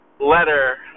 letter